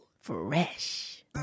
fresh